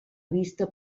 vista